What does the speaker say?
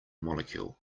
molecule